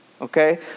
okay